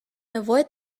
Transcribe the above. avoid